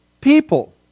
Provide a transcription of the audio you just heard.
people